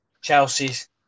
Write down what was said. Chelsea's